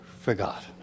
forgot